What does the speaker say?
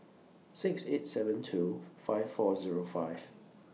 six eight seven two five four Zero five